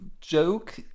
joke